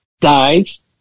dies